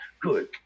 Good